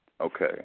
Okay